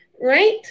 Right